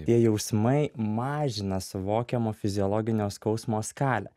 tie jausmai mažina suvokiamo fiziologinio skausmo skalę